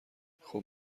خوب